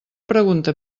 pregunta